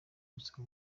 gusaba